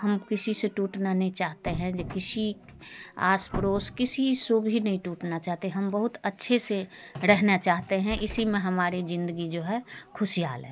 हम किसी से टूटना नहीं चाहते हैं जो किसी आस पड़ोस किसी से भी नहीं टूटना चाहते हम बहुत अच्छे से रहना चाहते हैं इसी में हमारी ज़िंदगी जो है खुशहाल है